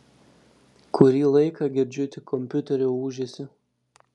kurį laiką girdžiu tik kompiuterio ūžesį